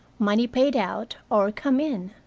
money paid out or come in.